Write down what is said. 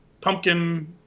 pumpkin